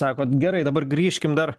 sakot gerai dabar grįžkim dar